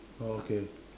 oh okay